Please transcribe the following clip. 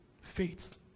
Faith